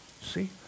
See